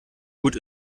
gut